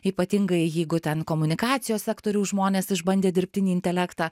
ypatingai jeigu ten komunikacijos sektoriaus žmonės išbandė dirbtinį intelektą